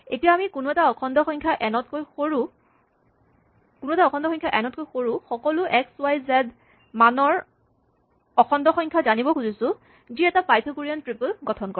এতিয়া আমি কোনো এটা অখণ্ড সংখ্যা এন তকৈ সৰু সকলো এক্স ৱাই জেড মানৰ অখণ্ড সংখ্যা জানিব খুজিছোঁ যি এটা পাইথাগোৰীয়ান ত্ৰিপল গঠন কৰে